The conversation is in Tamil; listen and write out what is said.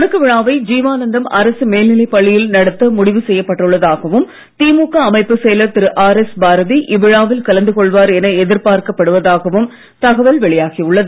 தொடக்க விழாவை ஜீவானந்தம் அரசு மேல்நிலைப் பள்ளியில் நடத்த முடிவு செய்யப் பட்டுள்ளதாகவும் திமுக அமைப்புச் செயலர் திரு ஆர் எஸ் பாரதி இவ்விழாவில் கலந்து கொள்வார் என எதிர்பார்க்கப் படுவதாகவும் தகவல் வெளியாகி உள்ளது